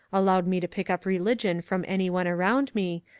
allowed me to pick up religion from any one around me,